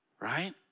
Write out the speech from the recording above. Right